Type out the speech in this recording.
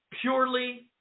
purely